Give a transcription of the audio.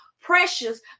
precious